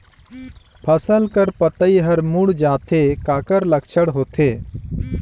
फसल कर पतइ हर मुड़ जाथे काकर लक्षण होथे?